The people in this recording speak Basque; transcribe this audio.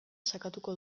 sakatuko